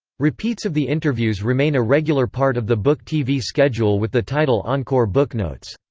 repeats of the interviews remain a regular part of the book tv schedule with the title encore booknotes.